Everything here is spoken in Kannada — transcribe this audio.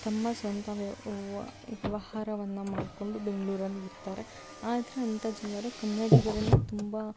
ತಮ್ಮ ಸ್ವಂತ ವ್ಯವಹಾರವನ್ನು ಮಾಡ್ಕೊಂಡು ಬೆಂಗಳೂರಲ್ಲಿ ಇರ್ತಾರೆ ಆದರೆ ಅಂಥ ಜನರು ಕನ್ನಡಿಗರನ್ನು ತುಂಬ